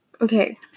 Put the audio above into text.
Okay